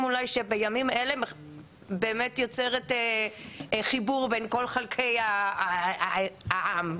שבימים אלה יוצר חיבור בין כל חלקי העם,